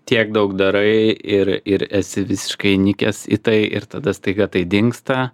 tiek daug darai ir ir esi visiškai įnikęs į tai ir tada staiga tai dingsta